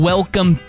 Welcome